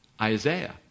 Isaiah